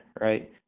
right